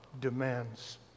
demands